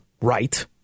right